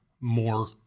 More